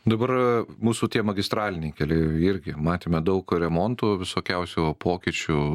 dabar mūsų tie magistraliniai keliai irgi matėme daug remontų visokiausių pokyčių